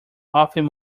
often